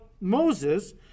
Moses